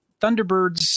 Thunderbirds